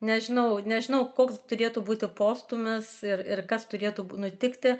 nežinau nežinau koks turėtų būti postūmis ir ir kas turėtų b nutikti